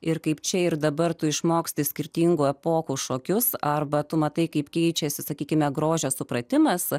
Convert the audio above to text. ir kaip čia ir dabar tu išmoksti skirtingų epochų šokius arba tu matai kaip keičiasi sakykime grožio supratimas